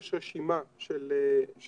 יש רשימה של זוכים,